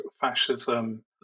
fascism